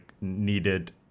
needed